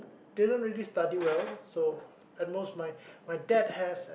they don't really study well so at most my my dad has